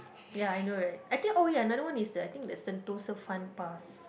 ya I know right I think oh ya another one is the I think the Sentosa Fun Pass